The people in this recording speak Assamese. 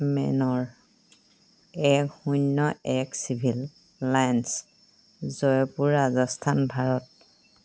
মেনৰ এক শূন্য এক চিভিল লাইন্স জয়পুৰ ৰাজস্থান ভাৰত